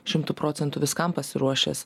šimtu procentų viskam pasiruošęs